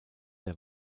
der